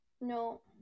No